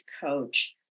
coach